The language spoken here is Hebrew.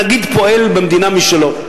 הנגיד פועל במדינה משלו.